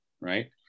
right